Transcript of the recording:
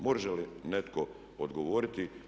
Može li netko odgovoriti?